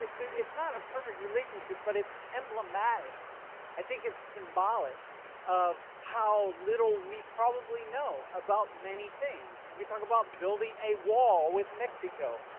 it's not a perfect relationship but it's emblematic i think it's symbolic of how little we probably know about many things you could talk about building a wall with mexico.